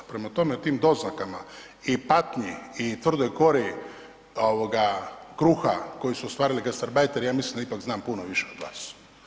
Prema tome, o tim doznakama i patnji i tvrdoj kori kruha koju su ostvarili gastarbajteri, ja mislim da ipak znam puno više od vas.